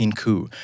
coup